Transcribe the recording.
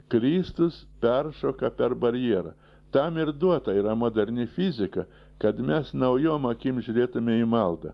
kristus peršoka per barjerą tam ir duota yra moderni fizika kad mes naujom akim žiūrėtume į maldą